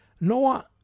Noah